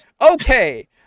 okay